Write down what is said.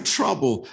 trouble